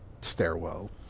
stairwell